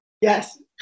Yes